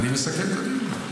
אני מסכם את הדיון.